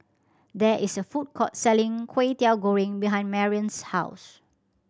there is a food court selling Kwetiau Goreng behind Marrion's house